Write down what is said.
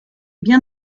bien